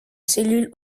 cellule